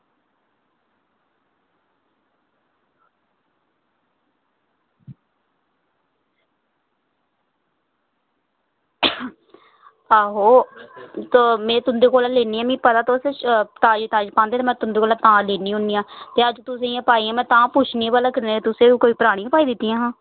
आहो तो में तुं'दे कोला लेनी आं मिगी पता तुस ताज़ी ताज़ी पांदे ते में तुं'दे कोला तां लेनी होन्नी आं ते अज्ज तुसें इ'यां पाइयां ते में तां पुच्छनी आं भला कनेही तुसें कोई परानियां पाई दित्तियां हां